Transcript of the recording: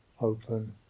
open